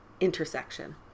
intersection